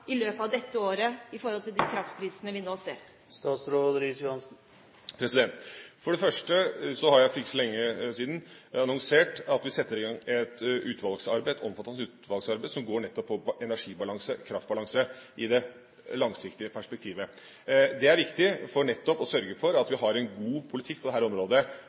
i løpet av dette året i forhold til de kraftprisene vi nå ser? For det første har jeg for ikke så lenge siden annonsert at vi setter i gang et omfattende utvalgsarbeid som går nettopp på energibalanse, kraftbalanse, i det langsiktige perspektivet. Det er viktig for nettopp å sørge for at vi har en god politikk på dette området videre framover. Så har jeg nettopp også sagt hva vi har gjort på det